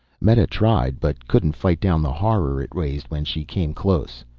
meta tried but couldn't fight down the horror it raised when she came close.